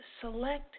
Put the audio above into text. select